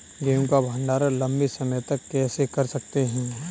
गेहूँ का भण्डारण लंबे समय तक कैसे कर सकते हैं?